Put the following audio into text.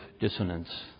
dissonance